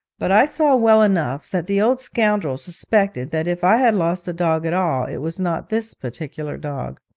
but i saw well enough that the old scoundrel suspected that if i had lost a dog at all, it was not this particular dog.